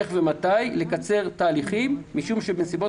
איך ומתי לקצר תהליכים משום שבנסיבות